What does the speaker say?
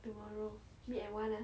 tomorrow meet at one ah